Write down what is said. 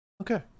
Okay